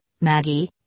Maggie